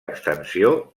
extensió